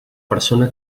persona